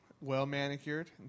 well-manicured